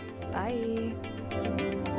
Bye